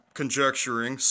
conjecturing